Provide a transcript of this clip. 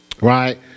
right